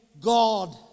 God